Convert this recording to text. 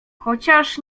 chociaż